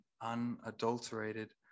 unadulterated